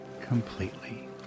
completely